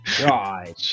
God